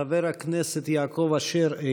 חבר הכנסת יעקב אשר,